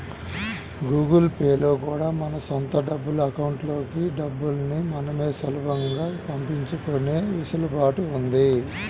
Google Pay లో కూడా మన సొంత అకౌంట్లకి డబ్బుల్ని మనమే సులభంగా పంపించుకునే వెసులుబాటు ఉంది